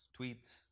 tweets